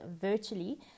virtually